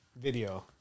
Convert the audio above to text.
video